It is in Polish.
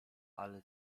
ale